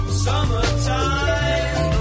Summertime